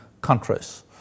countries